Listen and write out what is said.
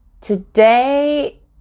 Today